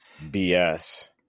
BS